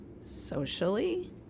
socially